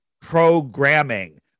programming